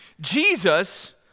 Jesus